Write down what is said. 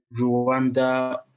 Rwanda